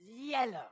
Yellow